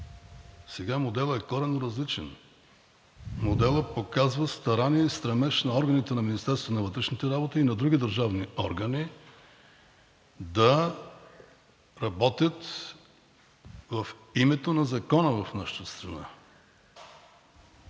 Сега моделът е коренно различен. Моделът показва старание и стремеж на органите на Министерството на вътрешните работи и на други държавни органи да работят в името на закона в нашата страна.